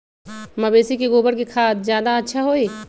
मवेसी के गोबर के खाद ज्यादा अच्छा होई?